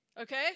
Okay